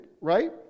Right